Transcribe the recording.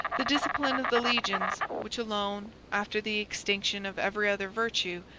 the discipline of the legions, which alone, after the extinction of every other virtue,